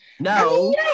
No